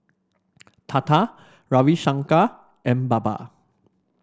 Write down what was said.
Tata Ravi Shankar and Baba